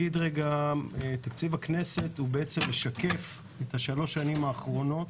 תקציב הכנסת משקף את שלוש השנים האחרונות,